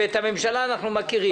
ואת הממשלה אנחנו מכירים.